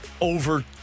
over